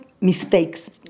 mistakes